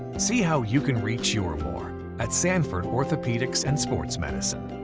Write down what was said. see how you can reach your more at sanford orthopedics and sports medicine.